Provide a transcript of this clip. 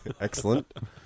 Excellent